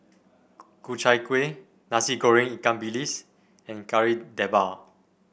Ku Chai Kuih Nasi Goreng Ikan Bilis and Kari Debal